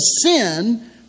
sin